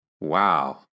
Wow